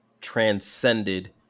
transcended